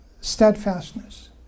steadfastness